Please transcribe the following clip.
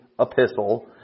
epistle